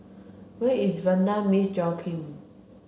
where is Vanda Miss Joaquim